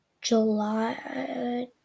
July